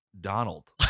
Donald